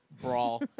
brawl